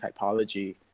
typology